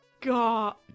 god